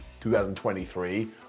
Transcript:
2023